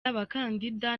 abakandida